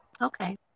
Okay